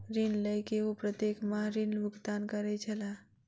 ऋण लय के ओ प्रत्येक माह ऋण भुगतान करै छलाह